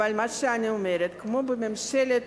אבל מה שאני אומרת, כמו בממשלת